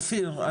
אופיר,